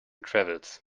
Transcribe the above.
travels